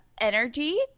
energy